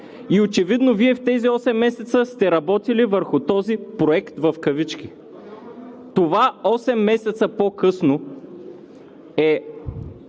и очевидно Вие в тези осем месеца сте работили върху този проект в кавички. Това осем месеца по-късно –